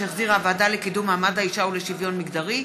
שהחזירה הוועדה לקידום מעמד האישה ולשוויון מגדרי,